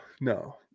no